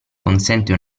consente